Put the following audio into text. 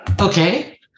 Okay